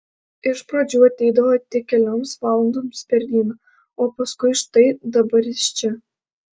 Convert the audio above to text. iš pradžių ateidavo tik kelioms valandoms per dieną o paskui štai dabar jis čia